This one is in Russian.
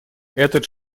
этот